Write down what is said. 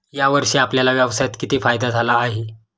या वर्षी आपल्याला व्यवसायात किती फायदा झाला आहे?